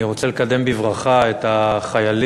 אני רוצה לקדם בברכה את החיילים,